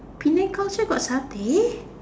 Penang culture for satay